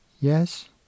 Yes